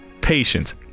patience